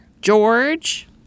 George